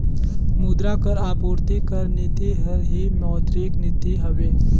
मुद्रा कर आपूरति कर नीति हर ही मौद्रिक नीति हवे